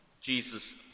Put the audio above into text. Jesus